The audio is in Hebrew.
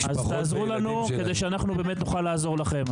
אז תעזרו לנו כדי שאנחנו באמת נוכל לעזור לכם.